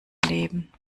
leben